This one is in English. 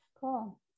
Cool